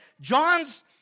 John's